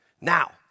Now